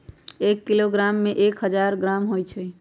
एक किलोग्राम में एक हजार ग्राम होई छई